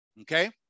okay